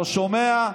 לא שומע,